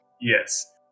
Yes